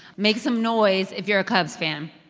make some noise if you're a cubs fan